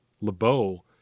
LeBeau